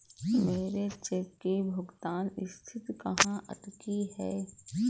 मेरे चेक की भुगतान स्थिति कहाँ अटकी है?